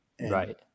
Right